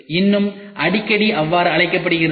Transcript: இன்னும் அடிக்கடி அவ்வாறு அழைக்கப்படுகிறது